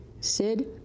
sid